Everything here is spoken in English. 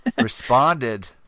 responded